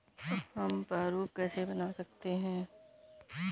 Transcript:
हम प्रारूप कैसे बना सकते हैं?